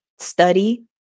study